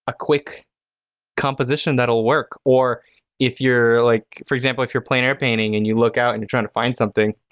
ah quick composition, that'll work or if you're like, for example, if you're plein air painting and you look out and you're trying to find something.